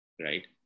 right